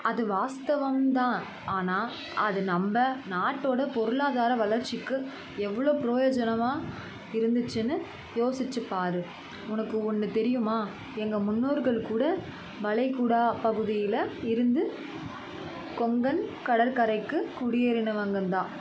அது வாஸ்தவம் தான் ஆனால் அது நம்ப நாட்டோட பொருளாதார வளர்ச்சிக்கு எவ்வளோ பிரயோஜனமாக இருந்துச்சுன்னு யோசுச்சு பார் உனக்கு ஒன்று தெரியுமா எங்கள் முன்னோர்கள் கூட வளைகுடா பகுதியில் இருந்து கொங்கன் கடற்கரைக்கு குடியேறினவங்க தான்